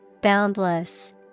Boundless